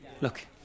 Look